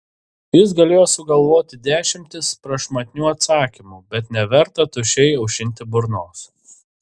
jis galėjo sugalvoti dešimtis prašmatnių atsakymų bet neverta tuščiai aušinti burnos